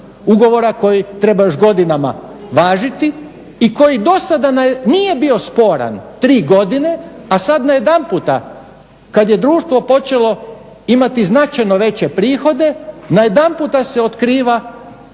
Ugovora koji treba još godinama važiti i koji dosada nije bio sporan tri godine, a sad najedanput kad je društvo počelo imati značajno veće prihode najedanput se otkriva da